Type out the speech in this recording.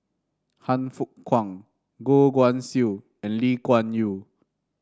Han Fook Kwang Goh Guan Siew and Lee Kuan Yew